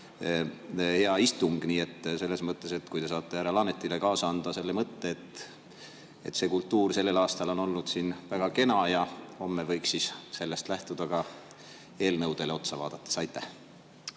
hea istung. Nii et selles mõttes ehk te saate härra Laanetile kaasa anda selle mõtte, et see kultuur sellel aastal on olnud siin väga kena ja homme võiks sellest lähtuda ka eelnõudele otsa vaadates. Pigem